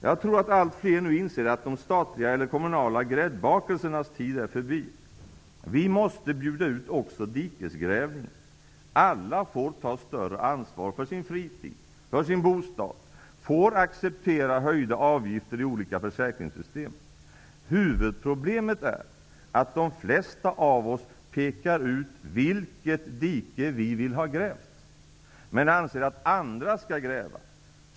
Jag tror att allt fler nu inser att de statliga eller kommunala gräddbakelsernas tid är förbi. Vi måste bjuda ut också dikesgrävning. Alla får ta större ansvar för sin fritid, för sin bostad och får acceptera höjda avgifter i olika försäkringssystem. Huvudproblemet är att de flesta av oss pekar ut vilket dike vi vill ha grävt, men anser att andra skall gräva.